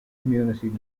community